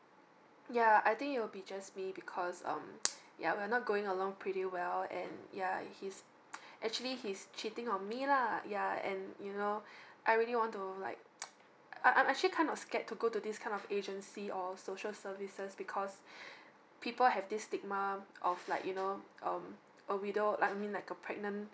yeah I think it will be just me because um yeah we're not going along pretty well and yeah he's actually he's cheating on me lah yeah and you know I really want to like I I'm actually kind of scared to go to these kind of agency or social services because people have this stigma of like you know um a widow like I mean like a pregnant